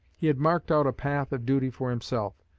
he had marked out a path of duty for himself,